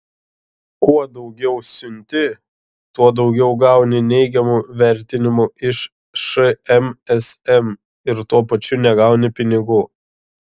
kuo daugiau siunti tuo daugiau gauni neigiamų vertinimų iš šmsm ir tuo pačiu negauni pinigų